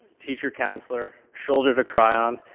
teacher, counselor, shoulder to cry on,